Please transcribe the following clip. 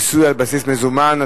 (מיסוי על בסיס מזומן),